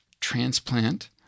transplant